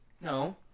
No